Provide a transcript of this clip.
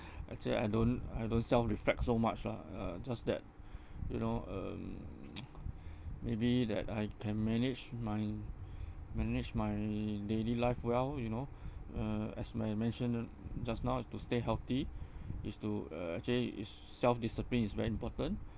actually I don't I don't self reflect so much lah uh just that you know um maybe that I can manage my manage my daily life well you know uh as my mentioned just now is to stay healthy is to uh actually is s~ self discipline is very important